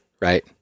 right